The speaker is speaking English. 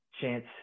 chance